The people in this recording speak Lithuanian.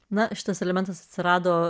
na šitas elementas atsirado